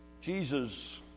Jesus